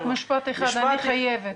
רק משפט אחד, אני חייבת.